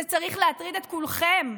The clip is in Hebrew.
זה צריך להטריד את כולכם.